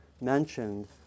mentioned